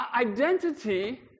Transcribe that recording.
identity